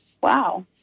Wow